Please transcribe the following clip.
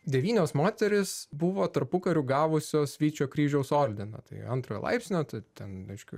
devynios moterys buvo tarpukariu gavusios vyčio kryžiaus ordiną tai antrojo laipsnio tai ten aišku